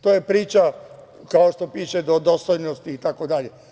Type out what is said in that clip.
To je priča kao što piše o dostojnosti itd.